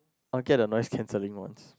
I will get the nice cancelling ones